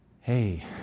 hey